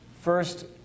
First